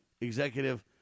executive